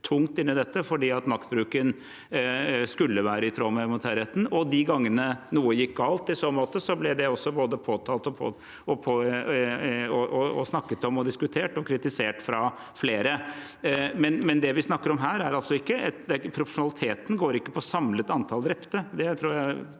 fordi maktbruken skulle være i tråd med humanitærretten. De gangene noe gikk galt i så måte, ble det både påtalt og snakket om og diskutert og kritisert fra flere. Men når det gjelder det vi snakker om her: Proporsjonaliteten går ikke på samlet antall drepte,